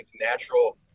natural